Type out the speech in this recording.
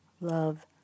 love